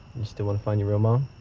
you still wanna find your real mom?